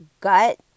gut